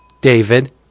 David